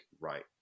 right